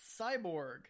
cyborg